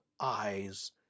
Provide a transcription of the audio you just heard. eyes